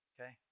Okay